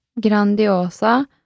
Grandiosa